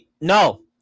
no